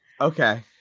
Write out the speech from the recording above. okay